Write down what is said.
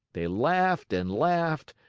they laughed and laughed,